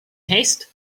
haste